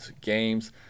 games